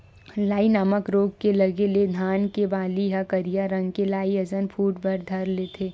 लाई नामक रोग के लगे ले धान के बाली ह करिया रंग के लाई असन फूट बर धर लेथे